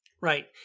Right